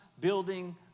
building